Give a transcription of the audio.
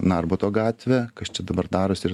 narbuto gatvę kas čia dabar daros ir